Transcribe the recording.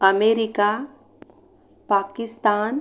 America Pakistan